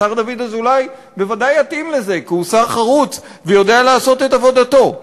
השר דוד אזולאי בוודאי יתאים לזה כי הוא שר חרוץ ויודע לעשות את עבודתו.